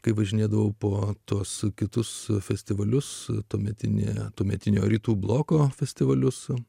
kai važinėdavau po tuos kitus festivalius tuometinėje tuometinio rytų bloko festivalius su